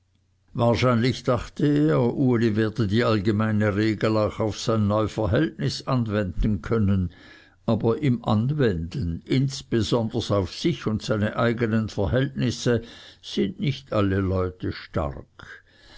wahrscheinlich dachte er uli werde die allgemeine regel auch auf sein neu verhältnis anwenden können aber im anwenden insbesonders auf sich und seine eigenen verhältnisse sind nicht alle leute stark